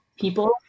people